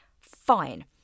Fine